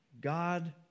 God